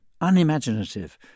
unimaginative